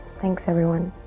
thanks everyone.